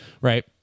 right